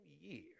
year